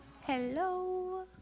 hello